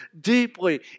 deeply